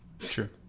Sure